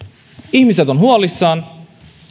ihmiset ovat huolissaan